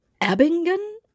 Abingdon